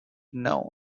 known